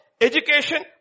education